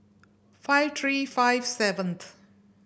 five three five seventh